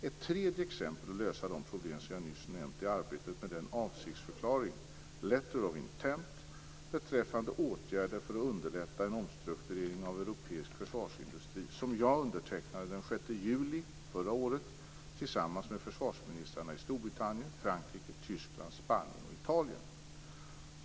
Ett tredje exempel för att lösa de problem som jag nyss nämnt är arbetet med den avsiktsförklaring beträffande åtgärder för att underlätta en omstrukturering av europeisk försvarsindustri som jag undertecknade den 6 juli 1998 tillsammans med försvarsministrarna i Storbritannien, Frankrike, Tyskland, Spanien och Italien.